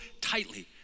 tightly